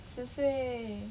十岁